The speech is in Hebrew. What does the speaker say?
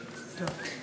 דיינים.